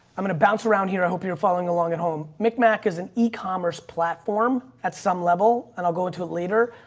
i'm going to bounce around here. i hope you're following along at home. mick mac is an ecommerce platform at some level, and i'll go into it later.